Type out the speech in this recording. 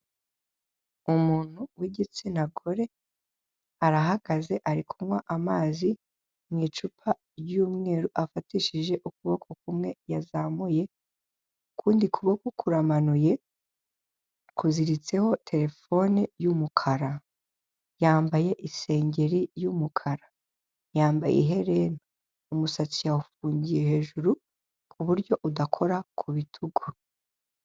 Umuntu w'igitsina gore arahagaze ari kunywa amazi mu icupa ry'umweru afatishije ukuboko kumwe yazamuye ukundi kuboko kuramanuye kuziritseho terefone y,umukara yambaye isengeri y,umukara yambaye ihelena umusatsi yawufungiye hejuru ku buryo udakora ku bitugu.